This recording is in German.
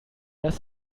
das